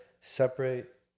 separate